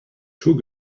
two